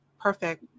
Perfect